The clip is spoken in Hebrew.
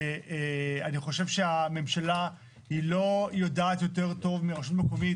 אני חושבת שהממשלה לא יודעת יותר טוב מרשות מקומית